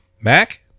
Mac